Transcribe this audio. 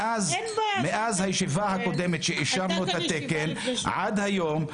מאז הישיבה הקודמת שאישרנו את התקן עד היום,